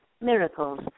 miracles